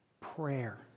prayer